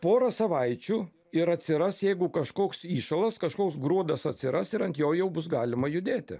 pora savaičių ir atsiras jeigu kažkoks įšalas kažkoks gruodas atsiras ir ant jo jau bus galima judėti